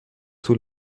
طول